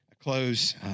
close